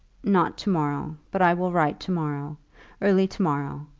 not to-morrow but i will write to-morrow early to-morrow.